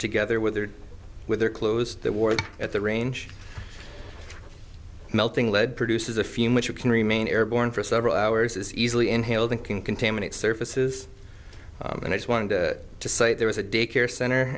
together with their with their clothes that were at the range melting lead produces a few much you can remain airborne for several hours as easily inhaled and can contaminate surfaces and i just want to say there was a daycare center